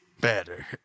better